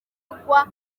rudahigwa